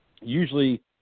Usually